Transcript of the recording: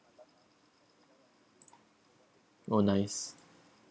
oh nice